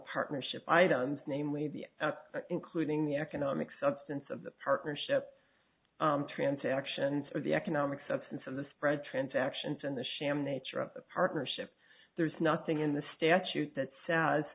partnership items namely the including the economic substance of the partnership transactions or the economic substance of the spread transactions and the sham nature of the partnership there's nothing in the statute that sa